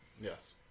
Yes